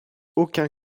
aucun